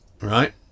right